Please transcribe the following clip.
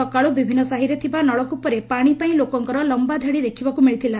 ସକାଳୁ ବିଭିନ୍ନ ସାହିରେ ଥିବା ନଳକ୍ପରେ ପାଣି ପାଇଁ ଲୋକଙ୍କର ଲମ୍ୟା ଧାଡ଼ି ଦେଖିବାକୁ ମିଳିଥିଲା